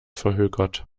verhökert